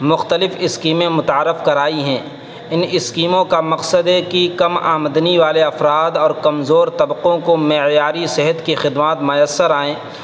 مختلف اسکیمیں متعارف کرائی ہیں ان اسکیموں کا مقصد ہے کہ کم آمدنی والے افراد اور کمزور طبقوں کو معیاری صحت کی خدمات میسر آئیں